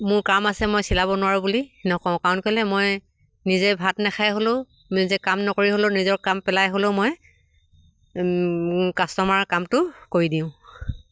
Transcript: মোৰ কাম আছে মই চিলাব নোৱাৰোঁ বুলি নকওঁ কাৰণ কেলে মই নিজে ভাত নাখাই হ'লেও নিজে কাম নকৰি হ'লেও নিজৰ কাম পেলাই হ'লেও মই কাষ্টমাৰৰ কামটো কৰি দিওঁ